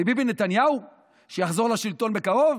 מביבי נתניהו שיחזור לשלטון בקרוב?